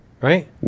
right